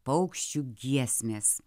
paukščių giesmės